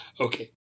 Okay